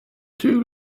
too